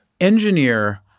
engineer